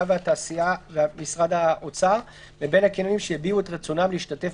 והתעשייה ומשרד האוצר מבין הקניונים שהביעו את רצונם להשתתף